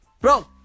Bro